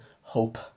hope